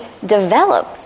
develop